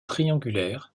triangulaire